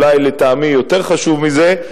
אולי לטעמי יותר חשוב מזה,